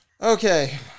Okay